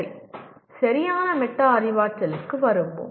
சரி சரியான மெட்டா அறிவாற்றலுக்கு வருவோம்